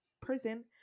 prison